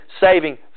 saving